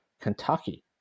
Kentucky